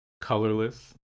colorless